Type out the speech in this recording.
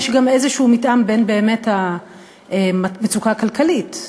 יש גם איזשהו מתאם בין המצוקה הכלכלית,